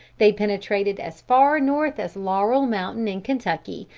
they penetrated as far north as laurel mountain, in kentucky,